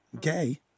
...gay